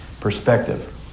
perspective